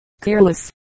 careless